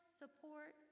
support